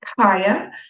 Kaya